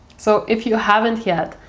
so if you haven't yet,